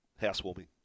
Housewarming